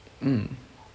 mm